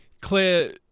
Claire